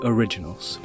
Originals